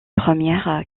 première